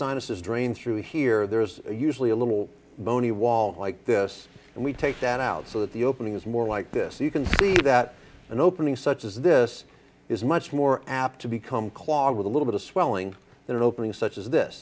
sinuses drain through here there's usually a little bony wall like this and we take that out so that the opening is more like this you can see that an opening such as this is much more apt to become clogged with a little bit of swelling that opening such as this